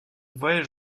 voyage